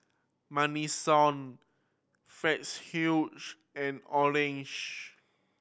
Madison Fitzhugh and Orange